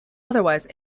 otherwise